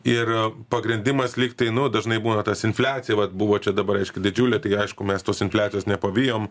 ir pagrindimas lyg tai nu dažnai būna tas infliacija vat buvo čia dabar reiškia didžiulė taigi aišku mes tos infliacijos nepavijom